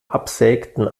absägten